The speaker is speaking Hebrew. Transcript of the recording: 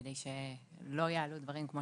כדי שלא יעלו דברים כמו